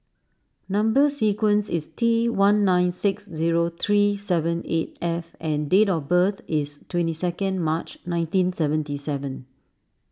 Number Sequence is T one nine six zero three seven eight F and date of birth is twenty second March nineteen seventy seven